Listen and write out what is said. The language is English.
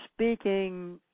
speaking